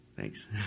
Thanks